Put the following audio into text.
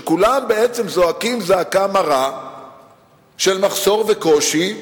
כולם בעצם זועקים זעקה מרה של מחסור וקושי.